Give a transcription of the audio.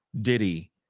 Diddy